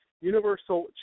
universal